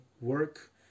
work